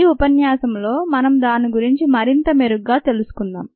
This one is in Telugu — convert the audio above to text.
ఈ ఉపన్యాసంలో మనం దాని గురించి మరింత మెరుగ్గా తెలుసుకుందాం